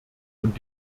und